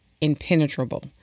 impenetrable